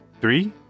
three